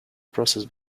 process